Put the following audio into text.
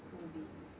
cool beans